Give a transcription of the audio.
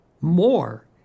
more